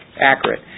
accurate